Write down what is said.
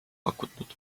pakutud